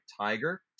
Tiger